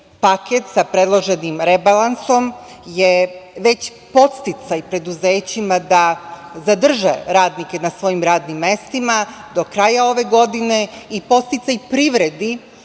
paket sa predloženim rebalansom je već podsticaj preduzećima da zadrže radnike na svojim radnim mestima do kraja ove godine i podsticaj privredi